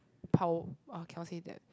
跑 ah cannot say that